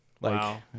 Wow